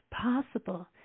possible